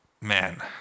man